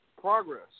Progress